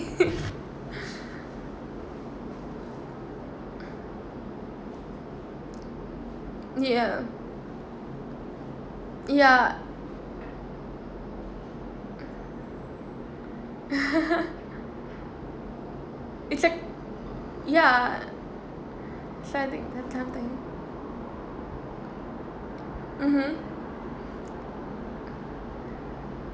ya ya it's like mmhmm